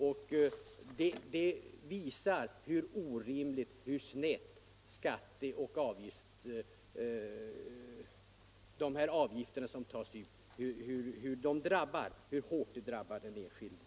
Det visar hur orimligt och hårt de avgifter som tas ut drabbar den enskilde.